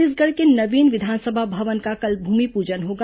छत्तीसगढ़ के नवीन विधानसभा भवन का कल भूमिप्रजन होगा